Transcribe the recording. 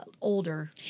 older